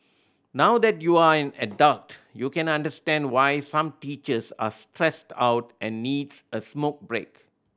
now that you're an adult you can understand why some teachers are stressed out and needs a smoke break